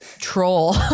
troll